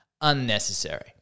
unnecessary